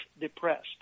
depressed